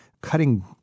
cutting